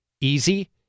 Easy